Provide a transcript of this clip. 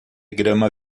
grama